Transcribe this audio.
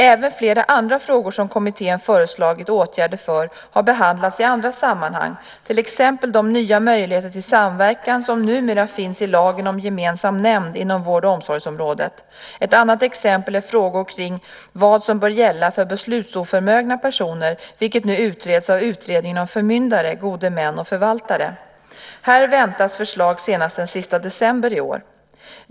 Även flera andra frågor som kommittén föreslagit åtgärder för har behandlats i andra sammanhang, till exempel de nya möjligheter till samverkan som numera finns i lagen om gemensam nämnd inom vård och omsorgsområdet. Ett annat exempel är frågor kring vad som bör gälla för beslutsoförmögna personer, vilket nu utreds av Utredningen om förmyndare, gode män och förvaltare. Här väntas förslag senast den 31 december i år.